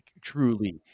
truly